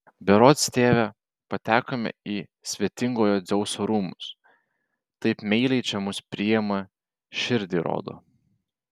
berods tėve patekome į svetingojo dzeuso rūmus taip meiliai čia mus priima širdį rodo